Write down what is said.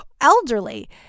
elderly